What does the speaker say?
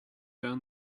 down